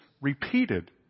repeated